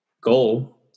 goal